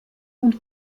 und